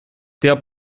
der